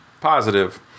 positive